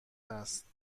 هست